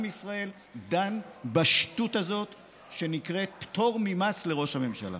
עם ישראל דן בשטות הזאת שנקראת פטור ממס לראש הממשלה.